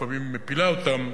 ולפעמים מפילה אותם.